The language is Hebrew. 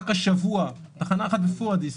רק השבוע תחנה אחת בפורדיס,